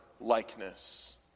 likeness